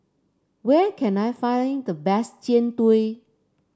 where can I find the best Jian Dui